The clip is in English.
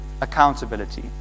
accountability